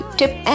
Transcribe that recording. tip